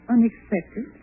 Unexpected